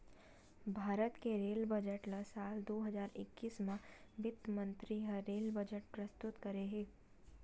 भारत के rail budget ल साल दू हजार एक्कीस म बित्त मंतरी ह रेल बजट प्रस्तुत करे हे